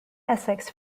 essex